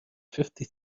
fifty